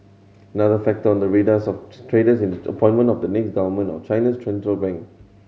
another factor on the radars of traders is the appointment of the next government of China's bank